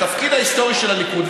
התפקיד ההיסטורי של הליכוד,